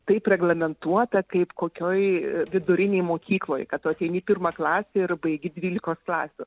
taip reglamentuota kaip kokioj vidurinėj mokykloj kad tu ateini pirmą klasę ir baigi dvylikos klasių